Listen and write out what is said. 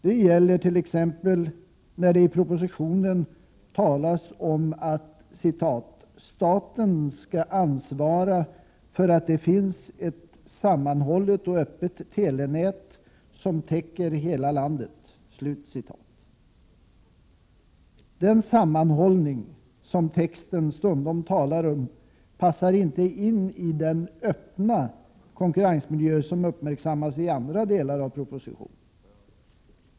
Det gäller t.ex. när det i propositionen talas om att ”staten skall ansvara för att det finns ett sammanhållet och öppet telenät, som täcker hela landet”. Den ”sammanhållning” som texten stundom talar om passar inte in i den ”öppna” konkurrensmiljö som uppmärksammas i andra delar av propositionen.